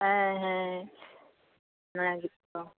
ᱦᱮᱸ ᱦᱮᱸ ᱚᱱᱟ ᱜᱮᱛᱚ